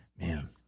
man